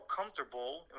comfortable